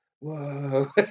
Whoa